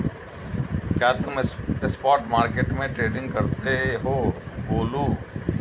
क्या तुम spot market में ट्रेडिंग करते हो गोलू?